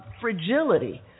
fragility